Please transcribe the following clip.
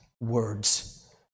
words